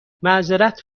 معذرت